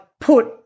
put